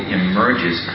emerges